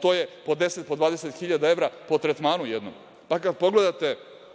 To je po 10, po 20 hiljada evra po tretmanu jednom. Kada pogledate